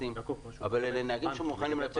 סטטיסטים אבל אלה נהגים שמוכנים לצאת